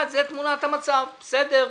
הוא באילת, זאת תמונת המצב, בסדר.